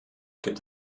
gibt